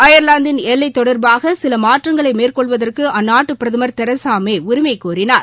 அயர்லாந்தின் எல்லை தொடர்பாக சில மாற்றங்களை மேற்கொள்வதற்கு அந்நாட்டு பிரதமர் தெசா மே உரிமை கோரினார்